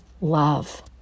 love